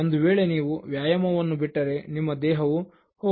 ಒಂದು ವೇಳೆ ನೀವು ವ್ಯಾಯಾಮವನ್ನು ಬಿಟ್ಟರೆ ನಿಮ್ಮ ದೇಹವು ಓಹ